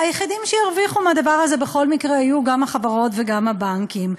והיחידים שהרוויחו מהדבר הזה בכל מקרה היו גם החברות וגם הבנקים,